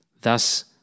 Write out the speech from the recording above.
thus